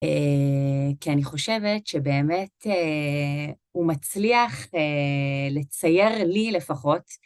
כי אני חושבת שבאמת הוא מצליח לצייר לי לפחות.